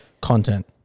content